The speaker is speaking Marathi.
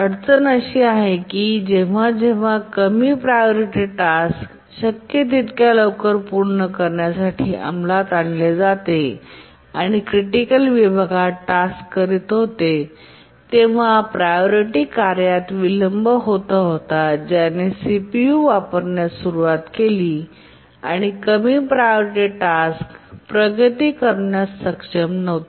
अडचण अशी आहे की जेव्हा जेव्हा कमी प्रायोरिटी टास्क शक्य तितक्या लवकर पूर्ण करण्यासाठी अंमलात आणले जाते आणि क्रिटिकल विभागात टास्क करीत होते तेव्हा प्रायोरिटी कार्यात विलंब होत होता ज्याने सीपीयू वापरण्यास सुरुवात केली आणि कमी प्रायोरिटी टास्क प्रगती करण्यास सक्षम नव्हते